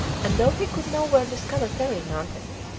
and though he could nowhere discover parry mountains,